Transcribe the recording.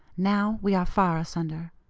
now we are far asunder.